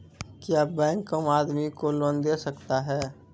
क्या बैंक आम आदमी को लोन दे सकता हैं?